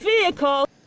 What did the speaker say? vehicle